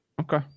Okay